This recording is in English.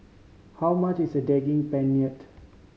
how much is Daging Penyet